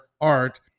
art